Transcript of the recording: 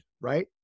right